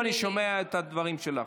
מפה אני שומע את הדברים שלך.